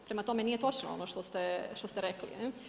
Prema tome, nije točno ono što ste rekli.